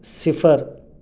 صفر